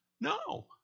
No